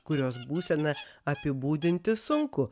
kurios būseną apibūdinti sunku